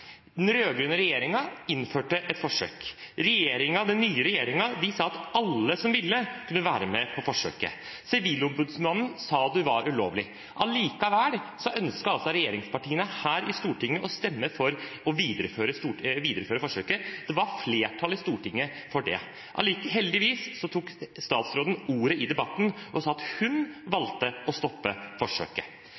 Den rød-grønne regjeringen innførte et forsøk. Den nye regjeringen sa at alle som ville, kunne være med på forsøket. Sivilombudsmannen sa det var ulovlig. Allikevel ønsket regjeringspartiene her i Stortinget å stemme for å videreføre forsøket. Det var flertall i Stortinget for det. Heldigvis tok statsråden ordet i debatten og sa at hun valgte å stoppe forsøket.